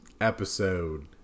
episode